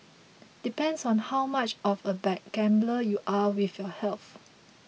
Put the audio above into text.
depends on how much of a bad gambler you are with your health